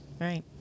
Right